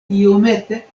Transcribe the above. iomete